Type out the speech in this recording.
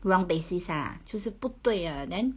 wrong basis ah 就是不对的 then